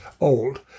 old